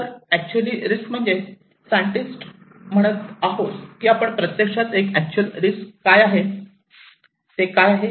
तर actual risk म्हणजे scientist म्हणत आहोत की आपण प्रत्यक्षात एक अॅक्च्युअल रिस्क आहे ते काय आहे